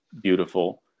beautiful